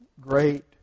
Great